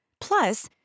Plus